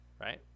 right